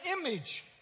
image